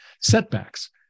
setbacks